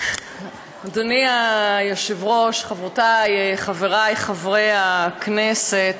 אדוני היושב-ראש, חברותיי, חבריי חברי הכנסת,